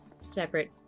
Separate